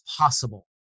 possible